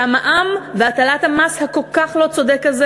שהמע"מ והטלת המס הכל-כך לא צודק הזה,